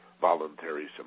voluntary